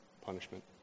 punishment